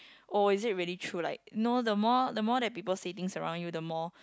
oh is it really true like know the more the more that people say things around you the more